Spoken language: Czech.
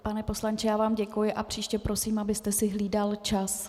Pane poslanče, já vám děkuji a příště prosím, abyste si hlídal čas.